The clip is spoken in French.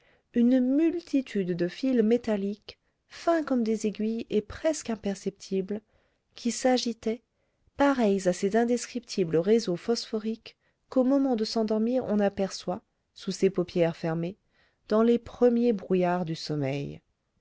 une multitude de fils métalliques fins comme des aiguilles et presque imperceptibles qui s'agitaient pareils à ces indescriptibles réseaux phosphoriques qu'au moment de s'endormir on aperçoit sous ses paupières fermées dans les premiers brouillards du sommeil